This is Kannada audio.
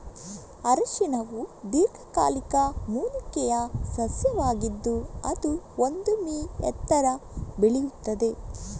ಅರಿಶಿನವು ದೀರ್ಘಕಾಲಿಕ ಮೂಲಿಕೆಯ ಸಸ್ಯವಾಗಿದ್ದು ಅದು ಒಂದು ಮೀ ಎತ್ತರ ಬೆಳೆಯುತ್ತದೆ